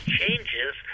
changes